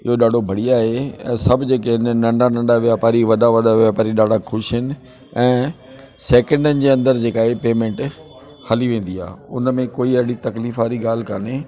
इहो ॾाढो बढ़िया आहे ऐं सभु जेके आहिनि नंढा नंढा वापारी वॾा वॾा वापारी ॾाढा ख़ुशि आहिनि ऐं सेकेंडन जे अंदरु जेका इहा पेमेंट हली वेंदी आहे उन में कोई अहिड़ी तकलीफ़ वारी काई ॻाल्हि कोन्हे